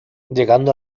llegando